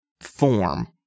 form